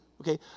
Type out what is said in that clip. Okay